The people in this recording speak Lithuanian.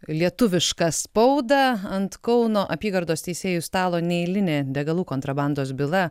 lietuvišką spaudą ant kauno apygardos teisėjų stalo neeilinė degalų kontrabandos byla